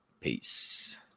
peace